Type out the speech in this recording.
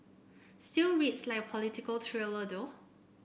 still reads like a political thriller though